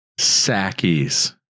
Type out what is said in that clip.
sackies